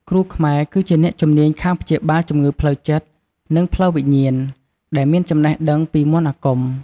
គ្រូខ្មែរគឺជាអ្នកជំនាញខាងព្យាបាលជំងឺផ្លូវចិត្ត និងផ្លូវវិញ្ញាណ ដែលមានចំណេះដឹងពីមន្តអាគម។